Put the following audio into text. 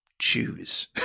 choose